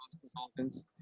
Consultants